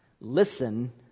Listen